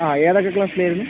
ആ ഏതൊക്കെ ക്ലാസ്സിലായിരുന്നു